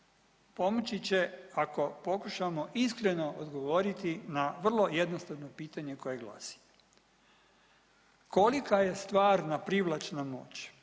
pomoći će ako pokušamo iskreno odgovoriti na vrlo jednostavno pitanje koje glasi, kolika je stvarna privlačna moć,